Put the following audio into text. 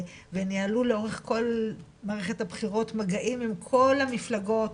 וניהלו לאורך כל מערכת הבחירות מגעים עם כל המפלגות